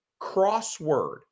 crossword